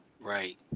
Right